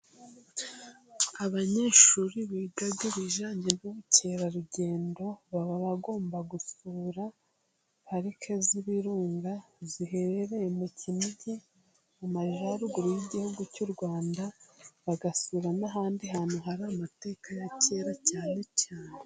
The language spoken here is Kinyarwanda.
Abanyeshuri biga ibajyanye n'ubukerarugendo. Baba bagomba gusura parike z'ibirunga ziherereye mu Kinigi mu majyaruguru y'igihugu cy'u Rwanda, bagasura n'ahandi hantu hari amateka ya kera cyane cyane.